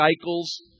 cycles